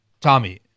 Tommy